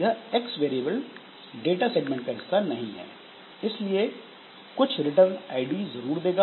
यह X variable data segment का हिस्सा नहीं है इसलिए कुछ रिटर्न ID जरूर देगा